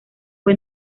fue